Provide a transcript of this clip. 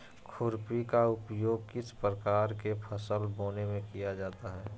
खुरपी का उपयोग किस प्रकार के फसल बोने में किया जाता है?